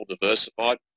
diversified